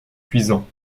cuisant